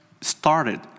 started